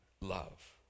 love